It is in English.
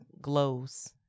glows